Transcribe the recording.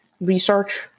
research